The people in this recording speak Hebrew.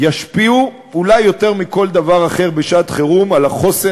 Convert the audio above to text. ישפיעו אולי יותר מכל דבר אחר בשעת-חירום על החוסן